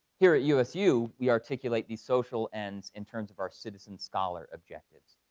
here at usu, we articulate these social ends in terms of our citizen scholar objectives.